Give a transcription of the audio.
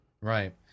Right